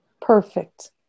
perfect